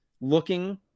looking